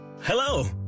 hello